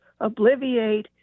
Obliviate